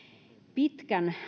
pitkän